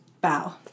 bow